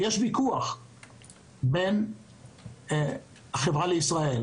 יש ויכוח בין החברה לישראל